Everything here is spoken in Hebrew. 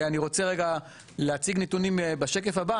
אני רוצה להציג נתונים בשקף הבא,